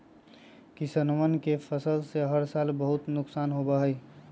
किसनवन के फसल के हर साल बहुत सा नुकसान होबा हई